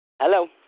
Hello